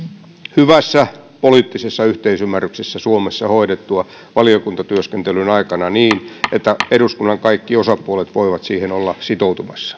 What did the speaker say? hyvässä poliittisessa yhteisymmärryksessä suomessa hoidettua valiokuntatyöskentelyn aikana niin että eduskunnan kaikki osapuolet voivat siihen olla sitoutumassa